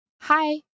Hi